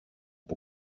που